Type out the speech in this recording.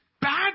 bad